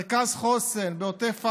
מרכז חוסן בעוטף עזה,